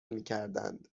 میکردند